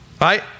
Right